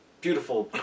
beautiful